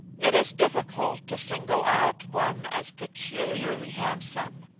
it is difficult to single out one as peculiarly handsome.